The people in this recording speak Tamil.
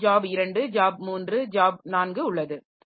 பின்னர் ஜாப் 2 ஜாப் 3 ஜாப் 4 உள்ளது